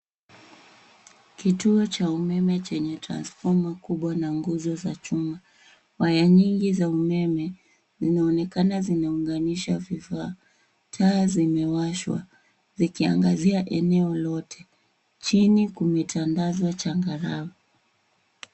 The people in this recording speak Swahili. Kituo cha umeme chenye transfoma kubwa na nguzo za chuma. Waya nyingi za umeme inaonekana zimeunganishwa. Taa zimewashwa zikiangazia eneo lote. Chini kumetandazwa changarawe.